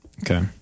okay